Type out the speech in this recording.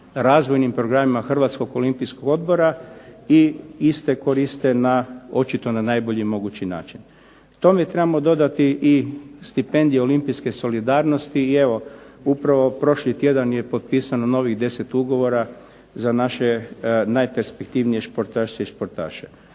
razvojnim programima Hrvatski olimpijski odbora i iste koriste očito na najbolji mogući način. Tome trebamo dodati i stipendije olimpijske solidarnosti. I evo upravo prošli tjedan je potpisano novih 10 ugovora za naše najperspektivnije športašice i športaše.